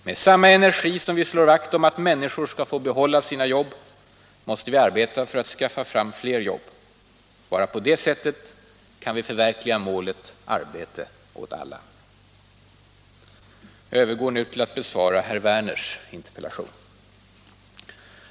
Med samma energi som vi slår vakt om att människor skall få behålla sina jobb måste vi arbeta för att skaffa fram fler jobb. Bara på det sättet kan vi förverkliga målet — arbete åt alla. Jag övergår nu till att besvara herr Werners interpellation.